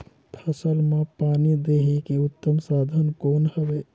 फसल मां पानी देहे के उत्तम साधन कौन हवे?